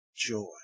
Joy